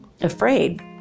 afraid